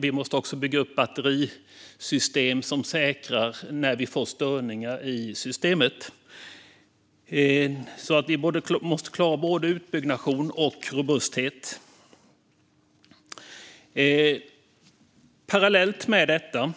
Vi måste också bygga upp batterisystem som säkerhet när vi får störningar i systemet. Vi måste klara både utbyggnation och robusthet. Parallellt med detta